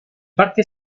parque